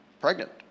pregnant